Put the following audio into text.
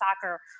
soccer